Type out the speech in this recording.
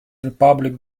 republic